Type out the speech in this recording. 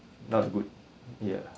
not a good ya